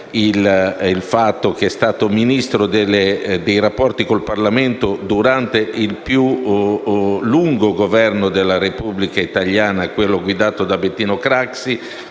Oscar Mammì è stato Ministro per i rapporti con il Parlamento durante il più lungo Governo della Repubblica italiana guidato da Bettino Craxi,